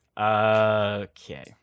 Okay